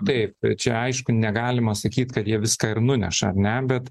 taip čia aišku negalima sakyt kad jie viską ir nuneša ar ne bet